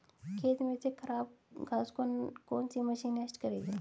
खेत में से खराब घास को कौन सी मशीन नष्ट करेगी?